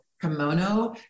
kimono